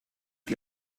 die